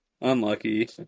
Unlucky